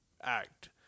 act